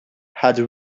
had